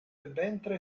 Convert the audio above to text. ventre